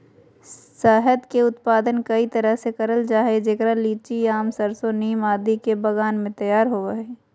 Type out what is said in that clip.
शहद के उत्पादन कई तरह से करल जा हई, जेकरा लीची, आम, सरसो, नीम आदि के बगान मे तैयार होव हई